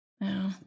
No